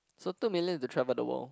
so two million is to travel the world